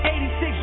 86